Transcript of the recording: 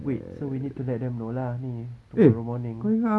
wait so need to let them know lah tomorrow morning